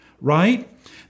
right